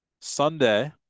Sunday